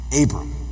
Abram